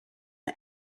the